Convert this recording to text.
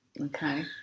Okay